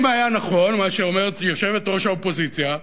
אם היה נכון מה שאומרת יושבת-ראש האופוזיציה,